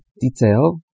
detail